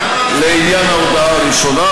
לעניין ההודעה הראשונה,